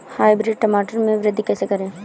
Hybrid टमाटर में वृद्धि कैसे करें?